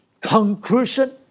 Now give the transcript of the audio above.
conclusion